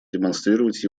демонстрировать